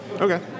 Okay